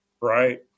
Right